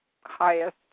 highest